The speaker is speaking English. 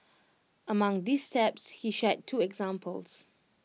amongst these steps he shared two examples